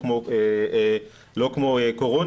לא כמו קורונה,